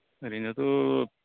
ओरैनोथ'